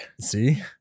See